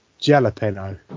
jalapeno